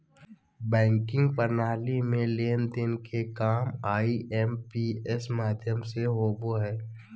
banking प्रणाली में लेन देन के काम आई.एम.पी.एस माध्यम से होबो हय